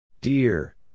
dear